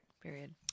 Period